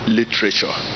literature